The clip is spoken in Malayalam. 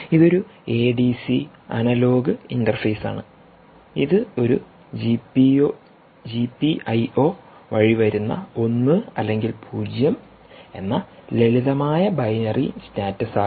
ഇത് ഒരു എഡിസി അനലോഗ് ഇന്റർഫേസാണ് ഇത് ഒരു ജി പി ഐ ഒ വഴി വരുന്ന 1 അല്ലെങ്കിൽ 0 എന്ന ലളിതമായ ബൈനറി സ്റ്റാറ്റസ് ആകാം